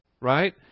right